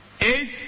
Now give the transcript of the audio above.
Eight